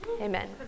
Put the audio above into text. Amen